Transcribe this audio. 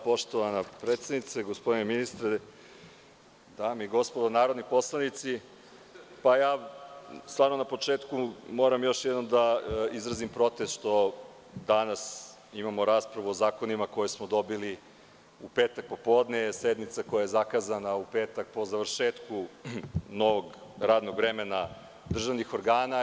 Poštovana predsednice, gospodine ministre, dame i gospodo narodni poslanici, na početku moram još jednom da izrazim protest što danas imamo raspravu o zakonima koje smo dobili u petak popodne, sednica koja je zakazana u petak po završetku novog radnog vremena državnih organa.